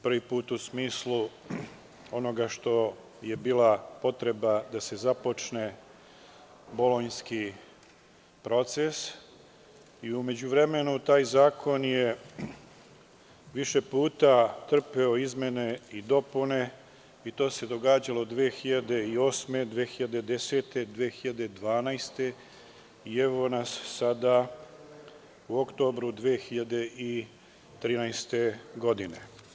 Prvi put u smislu onoga što je bila potreba da se započne Bolonjski proces i u međuvremenu taj zakon je više puta trpeo izmene i dopune i to se događalo 2008, 2010, 2012. i evo nas sada u oktobru 2013. godine.